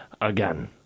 again